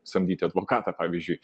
samdyti advokatą pavyzdžiui